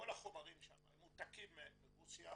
כל החומרים שם מועתקים מרוסיה,